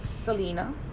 selena